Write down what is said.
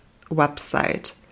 website